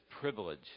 privilege